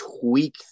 tweak